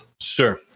Sure